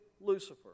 Lucifer